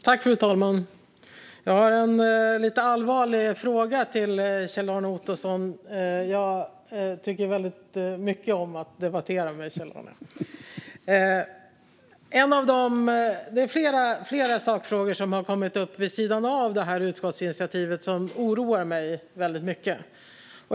Fru talman! Jag har en lite allvarlig fråga till Kjell-Arne Ottosson. Jag tycker väldigt mycket om att debattera med Kjell-Arne. Det är flera sakfrågor som har kommit upp vid sidan av utskottsinitiativet och som oroar mig mycket.